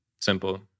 Simple